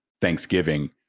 Thanksgiving